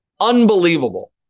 unbelievable